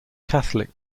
catholic